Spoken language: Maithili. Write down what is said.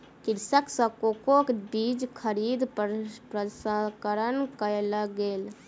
कृषक सॅ कोको बीज खरीद प्रसंस्करण कयल गेल